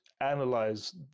analyze